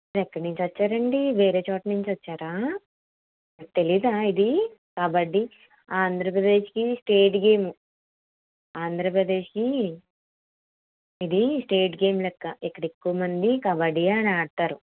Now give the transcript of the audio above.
ఎక్కడి నుంచి వచ్చారండి వేరే చోటు నుంచి వచ్చారా తెలియదా ఇది కబడ్డీ ఆంధ్రప్రదేశ్కి స్టేట్ గేమ్ ఆంధ్రప్రదేశ్కి ఇది స్టేట్ గేమ్ లెక్క ఇక్కడ ఎక్కువమంది కబడ్డీ అని ఆడుతారు